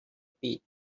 pit